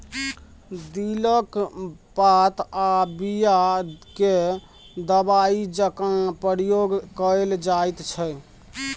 दिलक पात आ बीया केँ दबाइ जकाँ प्रयोग कएल जाइत छै